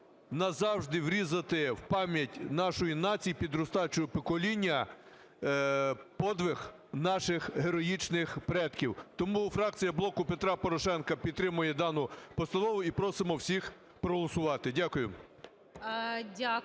назавжди врізати в пам'ять нашої нації, підростаючого покоління подвиг наших героїчних предків. Тому фракція "Блоку Петра Порошенка" підтримує дану постанову, і просимо всіх проголосувати. Дякую.